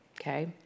okay